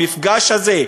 המפגש הזה,